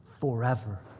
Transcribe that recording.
forever